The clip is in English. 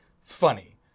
funny